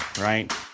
right